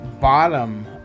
bottom